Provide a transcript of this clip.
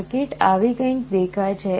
circuit આવી કંઈક દેખાય છે